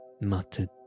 muttered